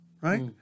right